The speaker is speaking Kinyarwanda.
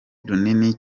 runini